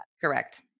Correct